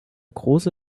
große